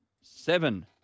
seven